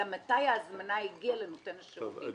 אלא מתי ההזמנה הגיעה לנותן השירותים.